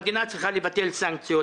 המדינה צריכה לבטל סנקציות